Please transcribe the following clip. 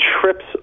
trips